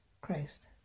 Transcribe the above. Christ